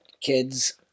kids